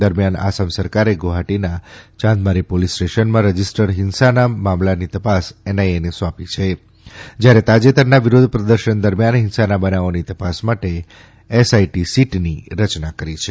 દરમિયાન આસામ સરકારે ગુવાહાટીના ચાંદમારી પોલીસ સ્ટેશનમાં રજીસ્ટડ હિંસના મામલાની તપાસ એનઆઇએને સોંપ્યો છે જયારે તાજેતરના વિરોધ પ્રદર્શન દરમિયાન હિંસાના બનાવોની તપાસ માટે એસઆઇટી સીટની રચના કરી છે